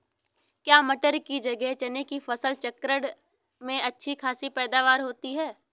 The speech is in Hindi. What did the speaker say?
क्या मटर की जगह चने की फसल चक्रण में अच्छी खासी पैदावार होती है?